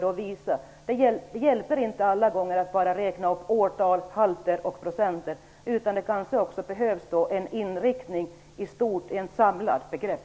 Det hjälper inte alla gånger att bara räkna upp årtal, halter och procenttal. Det behövs också en inrikting i stort, ett samlat begrepp.